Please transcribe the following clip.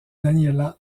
daniela